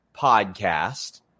podcast